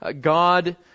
God